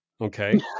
Okay